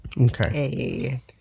Okay